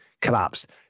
collapsed